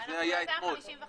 זה פניקה.